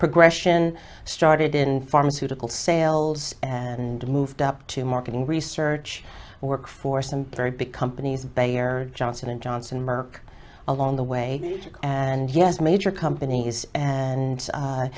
progression started in pharmaceutical sales and moved up to marketing research work for some very big companies bayer johnson and johnson merck along the way and yes major companies and